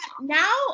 now